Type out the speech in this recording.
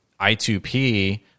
I2P